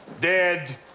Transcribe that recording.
dead